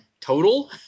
total